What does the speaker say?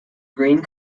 green